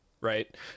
right